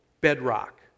Bedrock